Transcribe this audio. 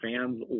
fans